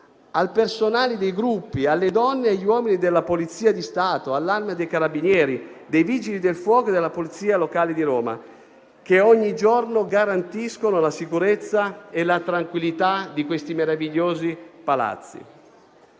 al personale dei Gruppi, alle donne e agli uomini della Polizia di Stato, all'Arma dei carabinieri, dei Vigili del fuoco e della Polizia locale di Roma, che ogni giorno garantiscono la sicurezza e la tranquillità di questi meravigliosi Palazzi.